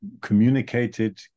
communicated